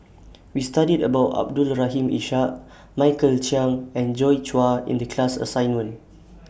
We studied about Abdul Rahim Ishak Michael Chiang and Joi Chua in The class assignment